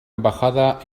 embajada